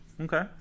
Okay